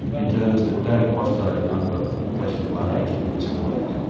in terms that don't postulate a kind of ah a flesh and blood agent in some ways.